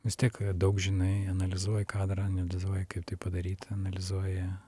vis tiek daug žinai analizuoji kadrą analizuoji kaip tai padaryta analizuoji